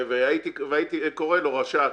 הייתי קורא לו רשע,